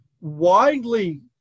widely